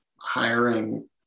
hiring